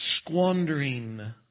squandering